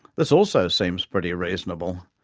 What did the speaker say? this also seems pretty reasonable,